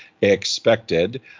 expected